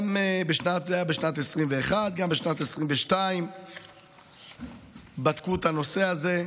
זה היה בשנת 2021. גם בשנת 2022 בדקו את הנושא הזה,